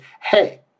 hey